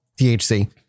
thc